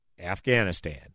Afghanistan